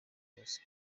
hose